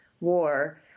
war